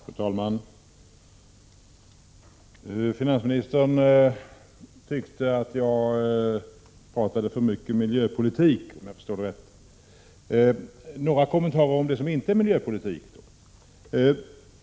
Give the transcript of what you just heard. Fru talman! Finansministern tyckte att jag pratade för mycket miljöpolitik, om jag förstod det rätt. Låt mig då kommentera något som inte är miljöpolitik.